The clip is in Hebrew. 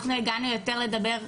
אנחנו הגענו יותר לדבר,